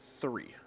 three